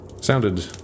Sounded